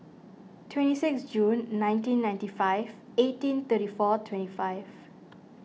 twenty sixth June nineteen ninety five eighteen thirty four twenty five